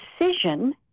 decision